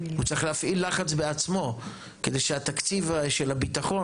הוא צריך להפעיל לחץ בעצמו כדי שהתקציב של הביטחון